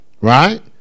right